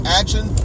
action